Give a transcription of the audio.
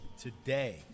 today